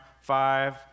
five